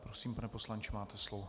Prosím, pane poslanče, máte slovo.